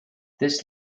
this